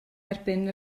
erbyn